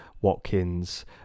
Watkins